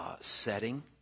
setting